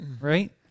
right